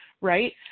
right